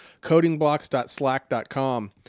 codingblocks.slack.com